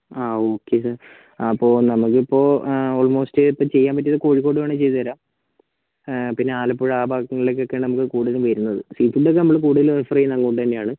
ആ okay sir ആ അപ്പോൾ നമ്മൾക്കിപ്പോൾ ഓൾമോസ്റ്റ് ഇപ്പോൾ ചെയ്യാൻ പറ്റിയത് കോഴിക്കോട് വേണമെങ്കിൽ ചെയ്ത് തരാം പിന്നെ ആലപ്പുഴ ആ ഭാഗങ്ങളിലൊക്കെയാണ് നമുക്ക് കൂടുതലും വരുന്നത് സീ ഫുഡ്ഡൊക്കെ നമ്മള് കൂടുതലും റെഫറ് ചെയ്യുന്നത് അങ്ങോട്ട് തന്നെയാണ്